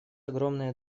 огромное